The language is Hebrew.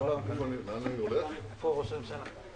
ולראות איך אפשר לעזור.